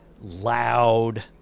loud